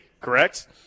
correct